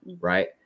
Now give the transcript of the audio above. right